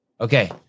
Okay